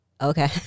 Okay